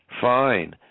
fine